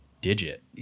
digit